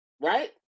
Right